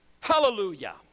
Hallelujah